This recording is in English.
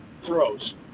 throws